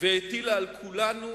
והטילה על כולנו